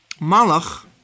Malach